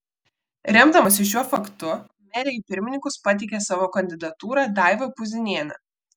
remdamasi šiuo faktu merė į pirmininkus pateikė savo kandidatūrą daivą puzinienę